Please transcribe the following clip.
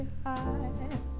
high